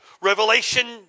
Revelation